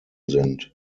sind